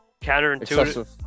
counterintuitive